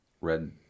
Red